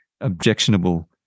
objectionable